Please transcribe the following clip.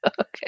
Okay